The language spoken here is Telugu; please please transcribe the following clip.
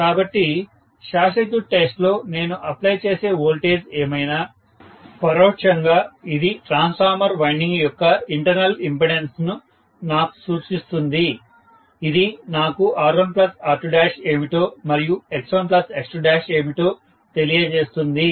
కాబట్టి షార్ట్ సర్క్యూట్ టెస్ట్ లో నేను అప్లై చేసే వోల్టేజ్ ఏమైనా పరోక్షంగా ఇది ట్రాన్స్ఫార్మర్ వైండింగ్ యొక్క ఇంటర్నల్ ఇండిపెండెన్స్ ను నాకు సూచిస్తుంది ఇది నాకు R1R2 ఏమిటో మరియు X1X2 ఏమిటో తెలియజేస్తుంది